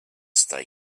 stay